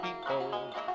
people